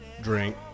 Drink